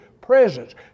presence